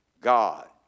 God